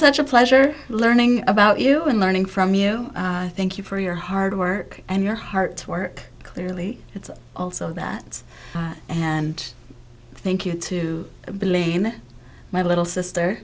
such a pleasure learning about you and learning from you i thank you for your hard work and your heart work clearly it's also that and thank you to believe in my little sister